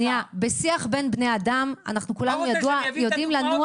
בשיח בין בני אדם כולנו יודעים לנוע